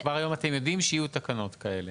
כן, כלומר כבר היום אתם יודעים שיהיו תקנות כאלה.